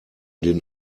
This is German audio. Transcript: den